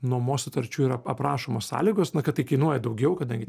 nuomos sutarčių yra aprašomos sąlygos na kad tai kainuoja daugiau kadangi